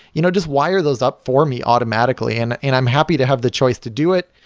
you know just wire those up for me automatically, and and i'm happy to have the choice to do it,